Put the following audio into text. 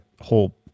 whole